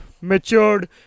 matured